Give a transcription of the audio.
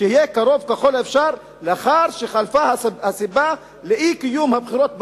שיהיה קרוב ככל האפשר לאחר שחלפה הסיבה לאי-קיום הבחירות במועדן".